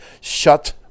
Shut